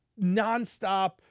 nonstop